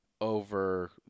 over